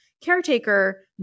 caretaker